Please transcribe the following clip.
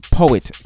poet